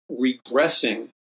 regressing